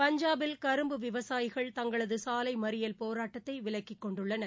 பஞ்சாபில் கரும்பு விவசாயிகள் தங்களது சாலை மறியில் போராட்டத்தை விலக்கிக் கொண்டுள்ளனர்